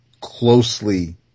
closely